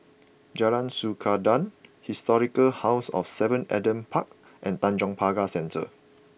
Jalan Sikudangan Historic House of seven Adam Park and Tanjong Pagar Centre